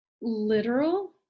literal